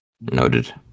noted